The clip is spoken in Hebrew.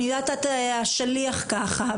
אני יודעת שאת השליח ככה,